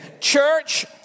Church